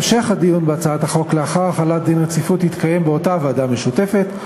המשך הדיון בהצעת החוק לאחר החלת דין רציפות יתקיים באותה ועדה משותפת.